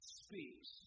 speaks